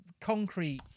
concrete